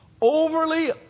overly